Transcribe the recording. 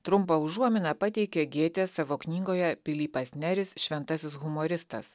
trumpą užuominą pateikė gėtė savo knygoje pilypas neris šventasis humoristas